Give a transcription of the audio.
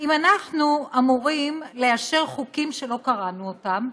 אם אנחנו אמורים לאשר חוקים שלא קראנו אותם?